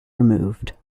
removed